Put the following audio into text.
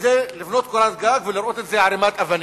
כדי לבנות קורת גג, ולראות את זה כערימת אבנים.